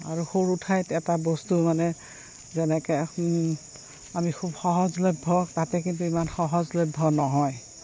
আৰু সৰু ঠাইত এটা বস্তু মানে যেনেকে আমি খুব সহজলভ্য তাতে কিন্তু ইমান সহজলভ্য নহয়